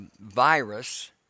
virus